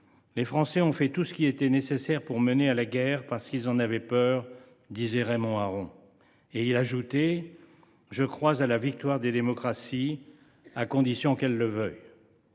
les Français ont fait tout ce qui était nécessaire pour mener à la guerre, parce qu’ils en avaient peur », disait Raymond Aron. Il ajoutait :« Je crois à la victoire des démocraties, à condition qu’elles le veuillent.